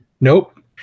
Nope